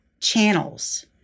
channels